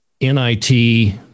NIT